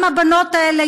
גם הבנות האלה,